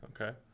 okay